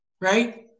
right